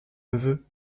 neveu